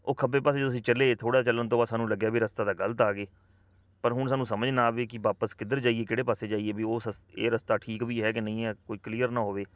ਉਹ ਖੱਬੇ ਪਾਸੇ ਜਦੋਂ ਅਸੀਂ ਚੱਲੇ ਥੋੜ੍ਹਾ ਚੱਲਣ ਤੋਂ ਬਾਅਦ ਸਾਨੂੰ ਲੱਗਿਆ ਵੀ ਰਸਤਾ ਤਾਂ ਗਲਤ ਆ ਗਏ ਪਰ ਹੁਣ ਸਾਨੂੰ ਸਮਝ ਨਾ ਆਵੇ ਕਿ ਵਾਪਸ ਕਿੱਧਰ ਜਾਈਏ ਕਿਹੜੇ ਪਾਸੇ ਜਾਈਏ ਵੀ ਉਸ ਇਹ ਰਸਤਾ ਠੀਕ ਵੀ ਹੈ ਕਿ ਨਹੀਂ ਹੈ ਕੋਈ ਕਲੀਅਰ ਨਾ ਹੋਵੇ